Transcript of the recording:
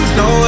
no